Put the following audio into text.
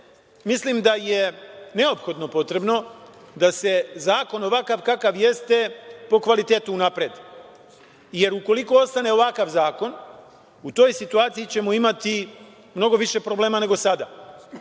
mislim da je neophodno potrebno da se zakon ovakav kakav jeste po kvalitetu unapredi. Ukoliko ostane ovakav zakon, u toj situaciji ćemo imati mnogo više problema nego sada,